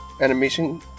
animation